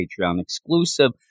Patreon-exclusive